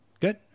Good